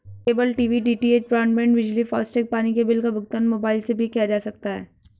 cable TV DTH, broadband, बिजली, FASTag, पानी के बिल का भुगतान मोबाइल से भी किया जा सकता है